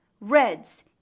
reds